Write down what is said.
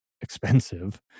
expensive